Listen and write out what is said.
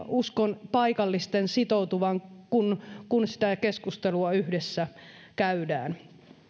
uskon paikallisten sitoutuvan kun kun sitä keskustelua yhdessä käydään